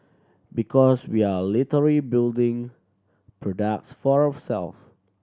because we are literally building products for ourself